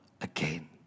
again